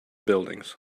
buildings